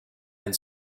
and